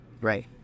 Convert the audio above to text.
Right